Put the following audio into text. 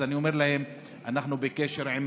אז אני אומר להם: אנחנו בקשר עם